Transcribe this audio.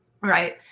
right